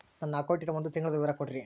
ನನ್ನ ಅಕೌಂಟಿನ ಒಂದು ತಿಂಗಳದ ವಿವರ ಕೊಡ್ರಿ?